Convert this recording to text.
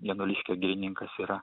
januliškio girininkas yra